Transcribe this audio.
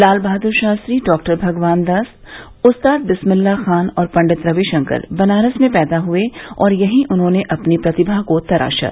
लाल Bahadur Shastri doctor Bhagwan Das Ustad Bismillah Khan और पंडित रविशंकर बनारस में पैदा हुए और यहीं उन्होंने अपनी प्रतिभा को तराशा